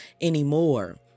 anymore